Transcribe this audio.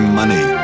money